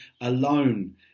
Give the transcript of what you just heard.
alone